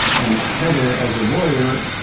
and heather as a lawyer,